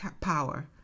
power